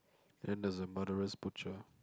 and there's a murderous butcher